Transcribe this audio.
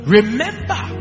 Remember